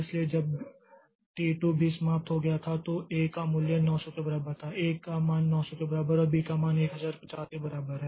इसलिए जब टी 2 भी समाप्त हो गया था तो ए का मूल्य 900 के बराबर है A का मान 900 के बराबर है और B का मान 1050 के बराबर है